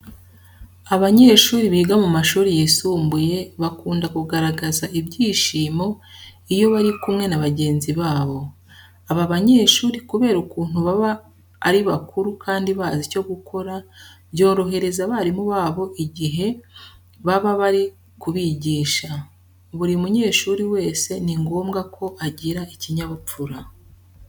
Abanyeshuri biga mu mashuri yisumbuye bakunda kugaragaza ibyishimo iyo bari kumwe na bagenzi babo. Aba banyeshuri kubera ukuntu baba ari bakuru kandi bazi icyo gukora, byorohereza abarimu babo igihe baba bari kubigisha. Buri munyeshuri wese ni ngombwa ko agira ikinyabupfura.